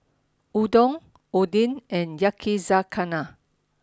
Udon Oden and Yakizakana